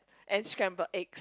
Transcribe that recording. and scrambled eggs